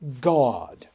God